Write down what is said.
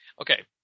Okay